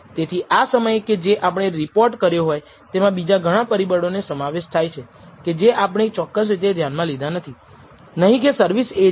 તેથી આપણે આ પ્રકારના વિશ્લેષણને β0 એ 0 છે કે નહીં તે ચકાસવા માટે પણ વિસ્તૃત કરી શકીએ છીએ